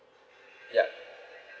yup